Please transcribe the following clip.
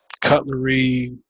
cutlery